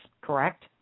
correct